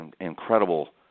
incredible